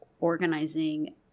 organizing